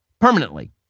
permanently